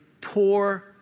poor